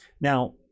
Now